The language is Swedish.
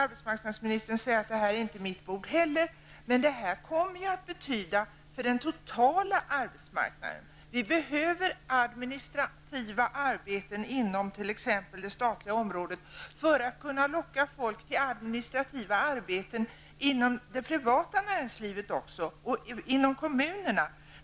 Arbetsmarknadsministern kan då naturligtvis säga att inte heller detta är hennes bord. Men detta kommer att ha effekter på den totala arbetsmarknaden. Vi behöver administrativa arbeten inom t.ex. det statliga området för att kunna locka folk även till administrativa arbeten inom det privata näringslivet och inom kommunerna.